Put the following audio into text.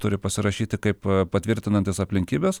turi pasirašyti kaip patvirtinantis aplinkybes